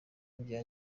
bya